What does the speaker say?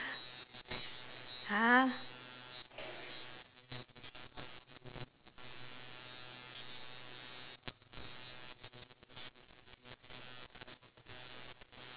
!huh!